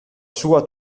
sua